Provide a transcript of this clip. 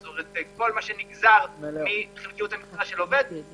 זאת אומרת כל מה שנגזר מחלקיות המשרה של עובד וכמובן